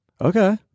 Okay